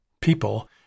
people